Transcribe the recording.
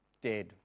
dead